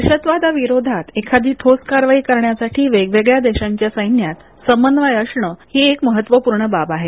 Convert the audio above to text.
दहशतवाद विरोधात एखादी ठोस कारवाई करण्यासाठी वेगवेगळ्या देशांच्या सैन्यात समन्वय असणं ही महत्वपूर्ण बाब आहे